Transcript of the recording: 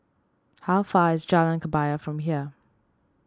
how far is Jalan Kebaya from here